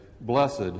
Blessed